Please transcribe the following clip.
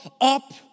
up